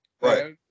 Right